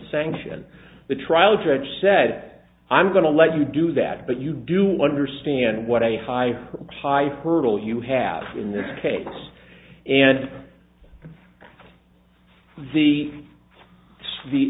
sanction the trial judge said i'm going to let you do that but you do understand what a high high hurdle you have in this case and the the